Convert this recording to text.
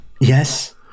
Yes